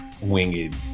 winged